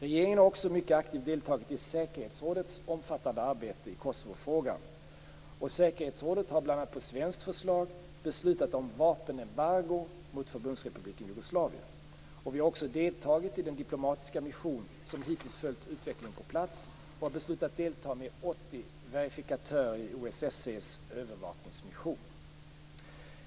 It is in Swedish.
Regeringen har också mycket aktivt deltagit i säkerhetsrådets omfattande arbete i Kosovofrågan. Säkerhetsrådet har bl.a. på svenskt förslag beslutat om vapenembargo mot Förbundsrepubliken Jugoslavien. Vi har deltagit i den diplomatiska mission som hittills följt utvecklingen på plats och har beslutat att delta med 80 verifikatörer i OSSE:s övervakningsmission.